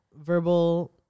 verbal